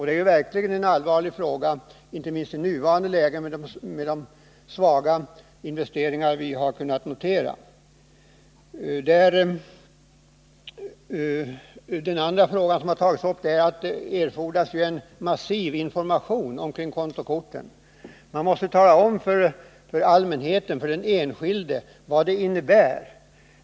Detta är verkligen en allvarlig fråga inte minst i nuvarande läge då alltför svaga investeringar i näringslivet kan noteras. För det andra har centern tagit upp att det erfordras en massiv information om kontokorten. Man måste tala om för allmänheten och för den enskilde vad kontokort innebär.